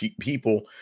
people